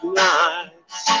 nights